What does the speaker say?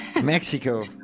Mexico